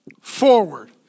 forward